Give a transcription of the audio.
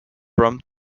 from